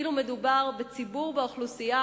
כאילו מדובר באוכלוסייה,